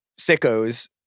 sickos